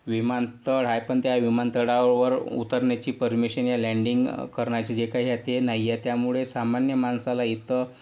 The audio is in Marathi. विमानतळ आहे पण त्या विमानतळावर उतरण्याची परमिशन या लँडिंग करण्याची जे काही हे ते नाही आहे त्यामुळे सामान्य माणसाला इथं